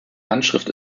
handschrift